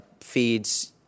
feeds